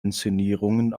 inszenierungen